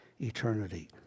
eternity